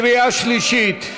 קריאה שלישית.